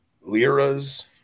Liras